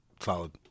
Solid